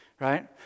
right